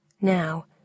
Now